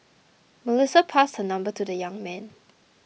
Melissa passed her number to the young man